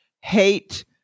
hate